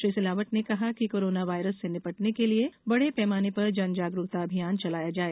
श्री सिलावट ने कहा कि कोरोना वायरस से निपटने के लिये बड़े पैमाने पर जन जागरुकता अभियान चलाया जाए